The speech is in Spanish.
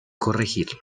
corregirlo